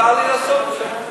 מותר לי לעשות בשם קבוצות.